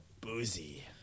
boozy